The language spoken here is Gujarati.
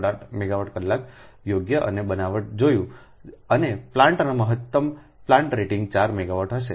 8 મેગાવાટ કલાક યોગ્ય અને બનાવટ જોયા છે અને પ્લાન્ટની મહત્તમ પ્લાન્ટ રેટિંગ 4 મેગાવાટ હશે